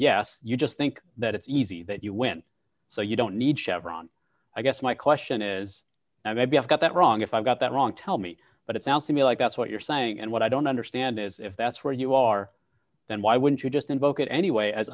yes you just think that it's easy that you win so you don't need chevron i guess my question is and maybe i've got that wrong if i got that wrong tell me but it sounds to me like that's what you're saying and what i don't understand is if that's where you are then why wouldn't you just invoke it anyway as